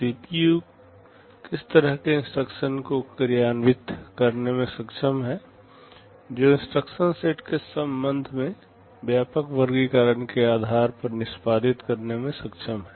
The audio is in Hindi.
सीपीयू किस तरह के इंस्ट्रक्शन को क्रियांवित करने में सक्षम है जो इंस्ट्रक्शन सेट के संबंध में व्यापक वर्गीकरण के आधार पर निष्पादित करने में सक्षम है